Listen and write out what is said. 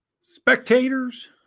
spectators